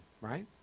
right